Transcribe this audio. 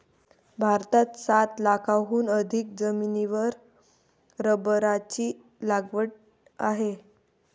भारतात सात लाखांहून अधिक जमिनीवर रबराची लागवड आहे